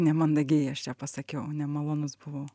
nemandagiai aš čia pasakiau nemalonus buvau